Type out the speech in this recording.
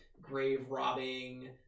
grave-robbing